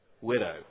widow